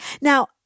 Now